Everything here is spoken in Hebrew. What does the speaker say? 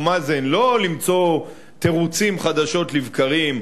מאזן לא למצוא תירוצים חדשים לבקרים,